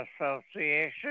Association